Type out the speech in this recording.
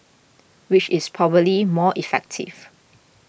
which is probably more effective